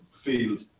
field